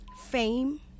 Fame